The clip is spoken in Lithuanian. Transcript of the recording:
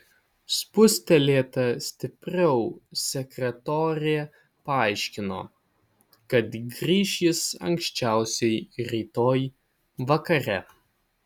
spustelėta stipriau sekretorė paaiškino kad grįš jis anksčiausiai rytoj vakare